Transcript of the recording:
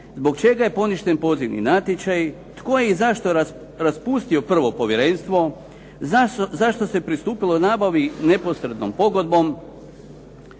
Zbog čega je poništen pozivni natječaj, tko je i zašto raspustio prvo povjerenstvo? Zašto se pristupilo nabavi neposrednom pogodbom?